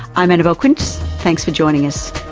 i'm annabelle quince, thanks for joining us